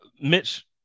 Mitch